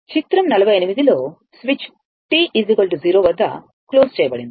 చిత్రం 48 లో switch t 0 వద్ద క్లోస్ చేయబడింది